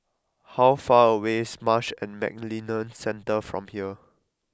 how far away is Marsh and McLennan Centre from here